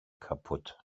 kapput